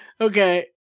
okay